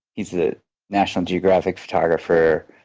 he's a national geographic photographer.